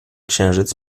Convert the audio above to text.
księżyc